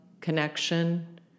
connection